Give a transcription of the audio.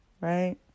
right